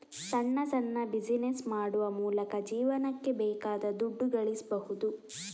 ಸಣ್ಣ ಸಣ್ಣ ಬಿಸಿನೆಸ್ ಮಾಡುವ ಮೂಲಕ ಜೀವನಕ್ಕೆ ಬೇಕಾದ ದುಡ್ಡು ಗಳಿಸ್ಬಹುದು